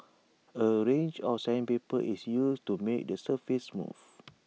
A range of sandpaper is used to make the surface smooth